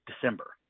December